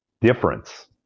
difference